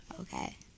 Okay